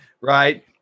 right